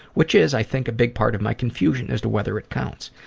which is i think a big part of my confusion as to whether it counts.